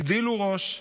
הגדילו ראש,